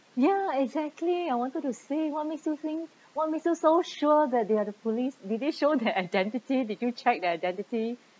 ya exactly I wanted to see what makes you think what makes you so sure that they are the police did they show their identity did you check their identity